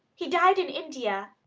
he died in india.